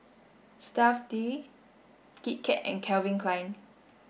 Stuff'd Kit Kat and Calvin Klein